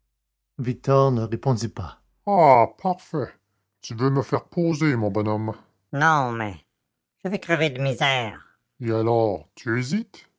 victor ne répondit pas ah parfait tu veux me faire poser mon bonhomme non mais je vais crever de misère et alors